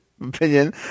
opinion